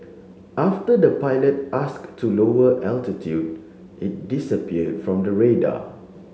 after the pilot asked to lower altitude it disappear from the radar